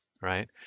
right